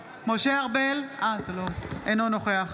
ארבל, אינו נוכח